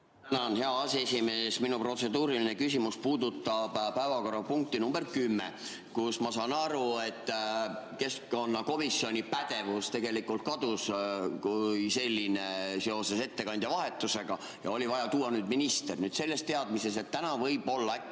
Tänan, hea aseesimees! Minu protseduuriline küsimus puudutab päevakorrapunkti nr 10, kus, ma saan aru, keskkonnakomisjoni pädevus tegelikult kadus seoses ettekandja vahetusega ja oli vaja tuua siia minister. Nüüd selles teadmises, et täna võib-olla